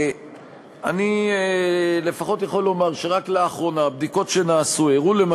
אני לפחות יכול לומר שרק לאחרונה בדיקות שנעשו הראו,